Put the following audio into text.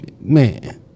man